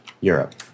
Europe